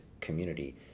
community